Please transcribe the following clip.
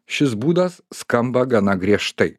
šis būdas skamba gana griežtai